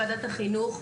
ועדת החינוך,